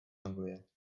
anglie